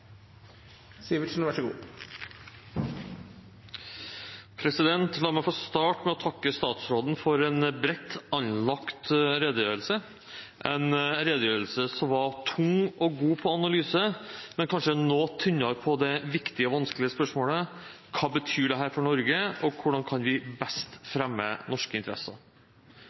La meg få starte med å takke statsråden for en bredt anlagt redegjørelse, en redegjørelse som var tung og god på analyse, men kanskje noe tynnere på det viktige og vanskelige spørsmålet: Hva betyr dette for Norge, og hvordan kan vi best fremme norske interesser?